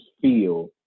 feel